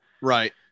Right